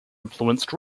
influenced